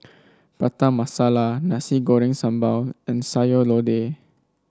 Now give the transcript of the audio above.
Prata Masala Nasi Goreng Sambal and Sayur Lodeh